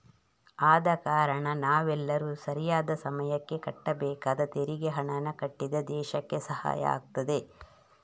ಆದ ಕಾರಣ ನಾವೆಲ್ಲರೂ ಸರಿಯಾದ ಸಮಯಕ್ಕೆ ಕಟ್ಟಬೇಕಾದ ತೆರಿಗೆ ಹಣಾನ ಕಟ್ಟಿದ್ರೆ ದೇಶಕ್ಕೆ ಸಹಾಯ ಆಗ್ತದೆ